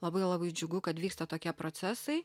labai labai džiugu kad vyksta tokie procesai